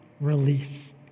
release